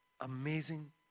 Amazing